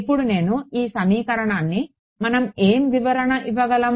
ఇప్పుడు నేను ఈ సమీకరణానికి మనం ఏం వివరణ ఇవ్వగలం